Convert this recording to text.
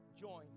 join